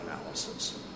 analysis